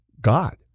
God